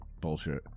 bullshit